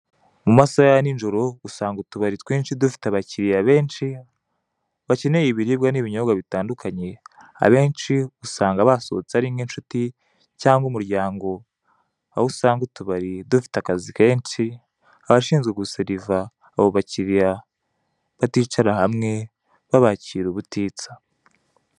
Mu masaha ya ninjoro usanga utubari twinshi dufite abakiriya benshi , bakeneye ibiribwa n'ibinyobwa bitandukanye. Abenshi usanga basohotse ari nk'inshuti , cyangwa umuryango , aho usanga utubari dufite akazi kenshi abashinzwe guseriva abo bakiriya baticara hamwe babakira ubutitsa.